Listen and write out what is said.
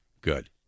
good